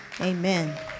Amen